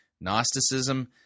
Gnosticism